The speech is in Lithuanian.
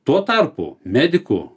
tuo tarpu medikų